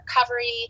recovery